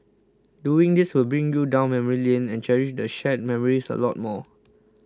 doing this will bring you down memory lane and cherish the shared memories a lot more